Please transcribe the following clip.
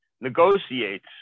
negotiates